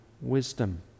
wisdom